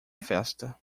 festa